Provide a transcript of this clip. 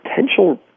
potential